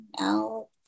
out